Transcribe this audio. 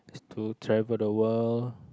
to travel the world